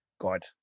God